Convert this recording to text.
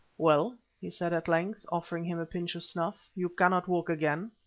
well, he said at length, offering him a pinch of snuff, you cannot walk again.